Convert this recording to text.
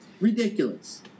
Ridiculous